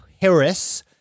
Harris